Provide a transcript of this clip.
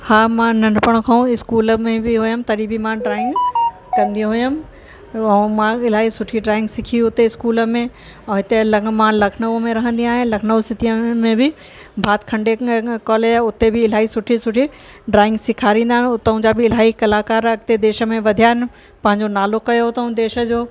हा मां नंढपिण खां स्कूल में बि हुयमि तॾहिं बि मां ड्रॉइंग कंदी हुयमि ऐं मां इलाही सुठी ड्रॉइंग सिखी उते स्कूल में और हिते ल मां लखनऊ में रहंदी आहियां लखनऊ सिटीअ में बि भातखंडे कॉलेज आहे उते बि इलाही सुठी सुठी ड्रॉइंग सेखारींदा उतों जा बि इलाही कलाकार अॻिते देश में वधिया आहिनि पंहिंजो नालो कयों अथऊं देश जो